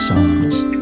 Songs